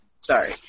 Sorry